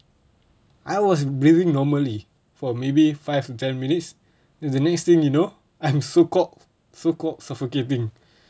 I was breathing normally for maybe five to ten minutes then the next thing you know I am so called so called suffocating